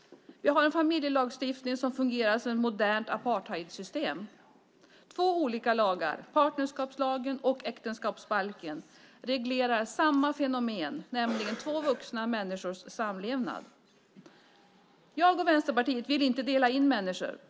Vi har en familjelagstiftning som fungerar som ett modernt apartheidsystem. Två olika lagar, partnerskapslagen och äktenskapsbalken, reglerar samma fenomen, nämligen två vuxna människors samlevnad. Jag och Vänsterpartiet vill inte dela in människor.